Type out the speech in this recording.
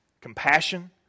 compassion